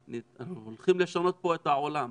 הולכים לשנות פה את העולם,